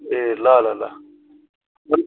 ए ल ल ल